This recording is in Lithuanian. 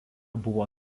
buvo